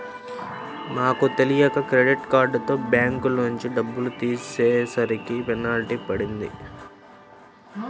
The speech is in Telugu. నాకు తెలియక క్రెడిట్ కార్డుతో బ్యాంకులోంచి డబ్బులు తీసేసరికి పెనాల్టీ పడింది